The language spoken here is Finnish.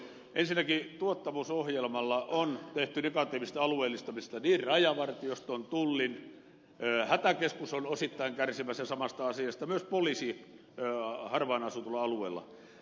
ensinnäkin tuottavuusohjelmalla on tehty negatiivista alueellistamista niin rajavartioston kuin tullin suhteen hätäkeskuslaitos on osittain kärsimässä samasta asiasta myös poliisi harvaanasutuilla alueilla